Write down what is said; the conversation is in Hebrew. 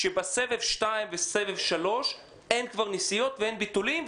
שבסבב שתיים ובסבב שלוש אין כבר נסיעות ואין ביטולים.